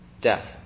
death